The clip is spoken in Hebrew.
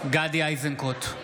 גדי איזנקוט,